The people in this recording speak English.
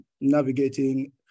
navigating